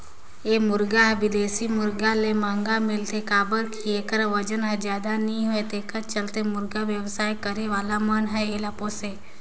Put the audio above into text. ए मुरगा हर बिदेशी मुरगा ले महंगा मिलथे काबर कि एखर बजन हर जादा नई होये तेखर चलते मुरगा बेवसाय करे वाला मन हर एला पोसे